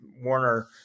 Warner